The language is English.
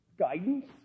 guidance